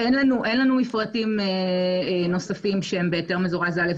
אין לנו מפרטים נוספים שהם בהיתר מזורז א'.